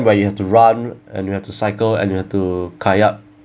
where you have to run and you have to cycle and you have to kayak